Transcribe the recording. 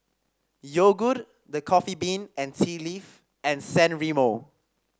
Yogood The Coffee Bean and Tea Leaf and San Remo